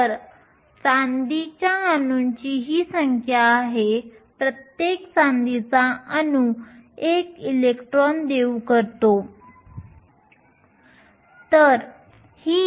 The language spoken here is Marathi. तर चांदीच्या अणूंची ही संख्या आहे प्रत्येक चांदीचा अणू 1 इलेक्ट्रॉन देऊ शकतो